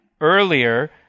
earlier